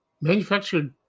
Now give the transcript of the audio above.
manufactured